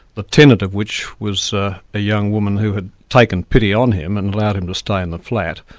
a tenant of which was ah a young woman who had taken pity on him and allowed him to stay in the flat.